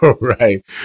Right